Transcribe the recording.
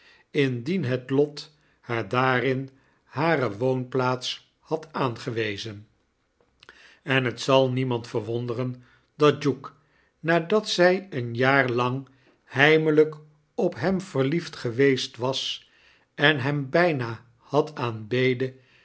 indien het lot haar daarin hare woonplaats had aangewezen en het zal niemand verwonderen dat duke nadat zij eenjaarlang heimelyk op hem verliefd geweest was en hem bijna had